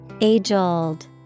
Age-old